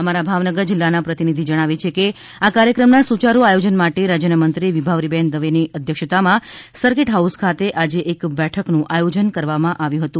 અમારા ભાવનગર જીલ્લાના પ્રતિનિધિ જણાવે છે કે આ કાર્યક્રમના સુચારૃ આયોજન માટે રાજ્યના મંત્રી વિભાવરીબેન દવેની અધ્યક્ષતામાં સરકીટ હાઉસ ખાતે આજે એક બેઠકનું આયોજન કરવામાં આવ્યું હતું